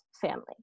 family